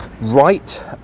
right